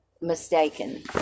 mistaken